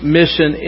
mission